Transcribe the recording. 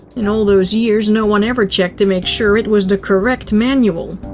in all those years, no one ever checked to make sure it was the correct manual.